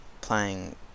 playing